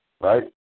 Right